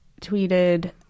tweeted